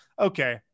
okay